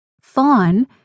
Fawn